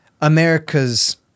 America's